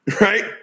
right